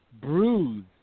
bruised